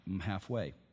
halfway